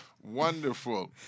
Wonderful